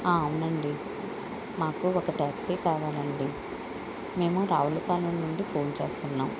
అవునండి మాకు ఒక ట్యాక్సీ కావాలండి మేము రావుల పాలెం నుండి ఫోన్ చేస్తున్నాం